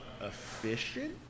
efficient